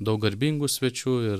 daug garbingų svečių ir